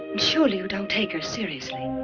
surely you don't take her seriously.